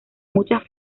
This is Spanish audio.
muchas